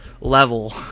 level